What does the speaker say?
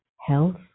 health